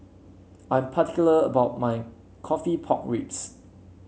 I'm particular about my coffee Pork Ribs